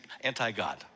anti-God